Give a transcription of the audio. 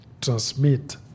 transmit